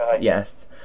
Yes